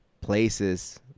places